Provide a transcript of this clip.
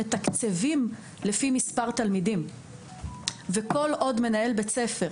מתקצבים לפי מספר תלמידים וכל עוד מנהל בית ספר,